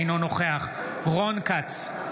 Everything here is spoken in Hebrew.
אינו נוכח רון כץ,